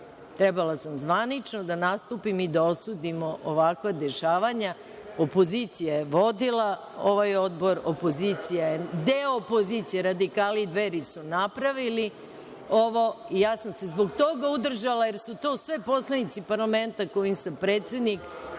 trebala sam zvanično da nastupim i da osudimo ovakva dešavanja. Opozicija je vodila ovaj Odbor, deo opozicije, radikali i Dveri su napravili ovo i ja sam se zbog toga uzdržala, jer su to sve poslanici parlamenta kome sam predsednik,